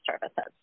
services